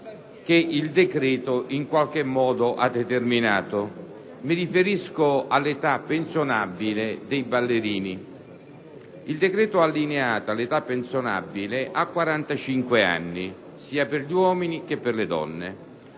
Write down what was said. ha determinato: mi riferisco all'età pensionabile dei ballerini. Il decreto allinea l'età pensionabile a 45 anni sia per gli uomini che per le donne;